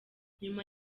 nyuma